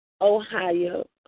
Ohio